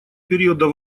периода